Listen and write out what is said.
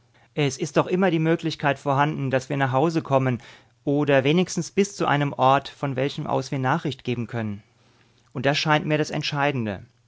es ist doch immer die möglichkeit vorhanden daß wir nach hause kommen oder wenigstens bis zu einem ort von welchem aus wir nachricht geben können und das scheint mir das entscheidende